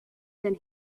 then